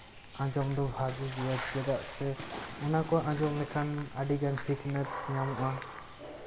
ᱟᱸᱡᱚᱢ ᱫᱚ ᱵᱷᱟᱜᱮ ᱜᱮᱭᱟ ᱪᱮᱫᱟᱜ ᱥᱮ ᱚᱱᱟ ᱠᱚ ᱟᱸᱡᱚᱢ ᱞᱮᱠᱷᱟᱱ ᱟᱹᱰᱤᱜᱟᱱ ᱥᱤᱠᱷᱱᱟᱹᱛ ᱧᱟᱢᱚᱜᱼᱟ